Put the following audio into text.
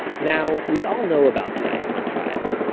now, we all know about the eichmann trial.